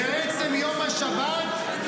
בעצם יום השבת?